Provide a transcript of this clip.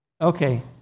Okay